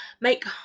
make